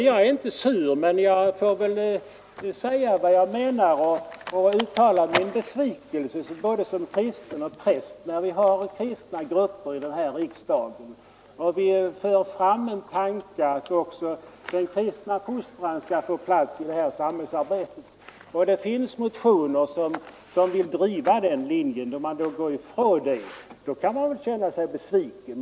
Jag är inte sur, men jag får väl säga vad jag menar och uttala min besvikelse — både som kristen och som präst. När vi har kristna grupper i riksdagen som för fram tanken att också den kristna fostran skall få plats i samhällsarbetet, när det finns motioner som vill driva den linjen och motionärerna sedan går ifrån det hela, då kan man väl inte känna annat än besvikelse.